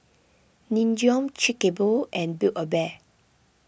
Nin Jiom Chic A Boo and Build A Bear